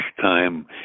time